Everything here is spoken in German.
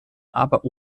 aber